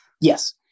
Yes